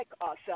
awesome